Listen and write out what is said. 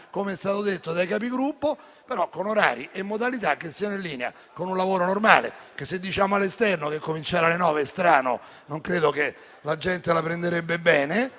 come è stato detto dai Capigruppo, però con orari e modalità che siano in linea con un lavoro normale. Se diciamo all'esterno che cominciare alle 9 è strano, non credo che la gente la prenderebbe bene;